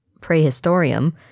Prehistorium